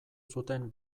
zuten